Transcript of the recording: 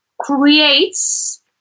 creates